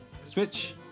Switch